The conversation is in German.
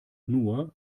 nur